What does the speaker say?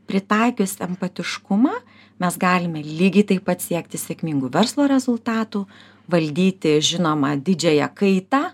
pritaikius empatiškumą mes galime lygiai taip pat siekti sėkmingų verslo rezultatų valdyti žinoma didžiąją kaitą